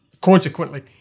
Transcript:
consequently